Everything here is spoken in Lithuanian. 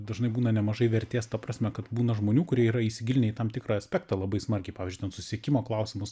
dažnai būna nemažai vertės ta prasme kad būna žmonių kurie yra įsigilinę į tam tikrą aspektą labai smarkiai pavyzdžiui ten susisiekimo klausimus